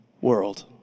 world